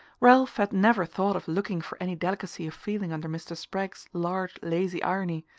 ralph had never thought of looking for any delicacy of feeling under mr. spragg's large lazy irony,